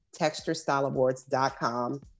texturestyleawards.com